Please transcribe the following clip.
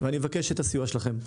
ולכן אני מבקש את הסיוע שלכם.